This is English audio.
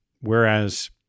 whereas